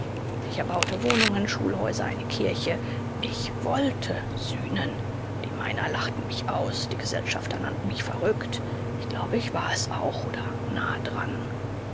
ich erbaute wohnungen schulhäuser eine kirche ich wollte sühnen die miner lachten mich aus die gesellschafter nannten mich verrückt ich glaube ich war es auch oder nahe daran